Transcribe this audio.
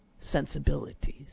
sensibilities